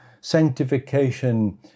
sanctification